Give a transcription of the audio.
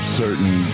certain